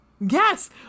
Yes